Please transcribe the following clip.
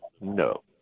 no